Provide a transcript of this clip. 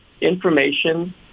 information